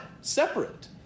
separate